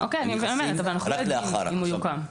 אוקיי, אבל אנחנו לא יודעים אם הוא יוקם.